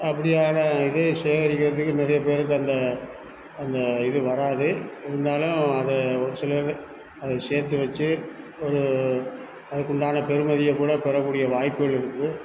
அப்படியான இதை சேகரிக்கிறதுக்கு நிறைய பேருக்கு அந்த அந்த இது வராது இருந்தாலும் அதை ஒரு சிலர் அதை சேர்த்து வெச்சி ஒரு அதுக்குண்டான பெருமதிய கூட பெறக்கூடிய வாய்ப்புகள் இருக்குது